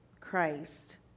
Christ